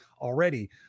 already